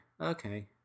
okay